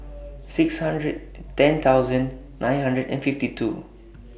six hundred ten thousand nine hundred and fifty two